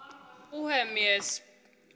puhemies